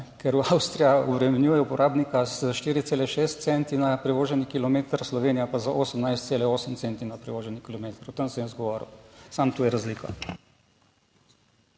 Ker Avstrija obremenjuje uporabnika s 4,6 centi na prevoženi kilometer, Slovenija pa za 18,8 centi na prevoženi kilometer - o tem sem jaz govoril, samo to je razlika.